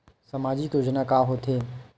सामाजिक योजना का होथे?